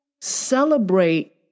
Celebrate